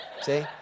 See